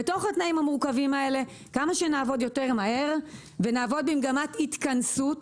ובתוכם ככל שנעבוד מהר יותר ונעבוד במגמת התכנסות,